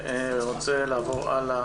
תודה.